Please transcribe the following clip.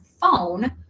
phone